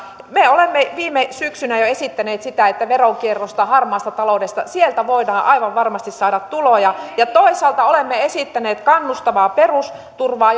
me olemme viime syksynä jo esittäneet sitä että veronkierrosta harmaasta taloudesta voidaan aivan varmasti saada tuloja ja toisaalta olemme esittäneet kannustavaa perusturvaa